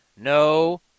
No